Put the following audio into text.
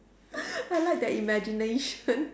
I like that imagination